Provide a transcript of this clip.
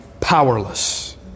powerless